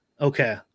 Okay